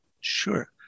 Sure